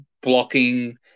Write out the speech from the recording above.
blocking